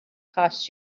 costs